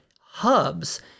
hubs